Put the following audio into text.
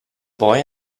boy